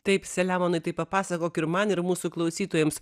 taip selemonai tai papasakok ir man ir mūsų klausytojams